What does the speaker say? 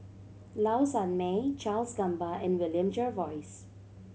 Low Sanmay Charles Gamba and William Jervois